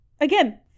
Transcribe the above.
again